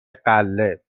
غله